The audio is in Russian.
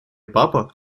папа